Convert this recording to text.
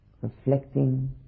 reflecting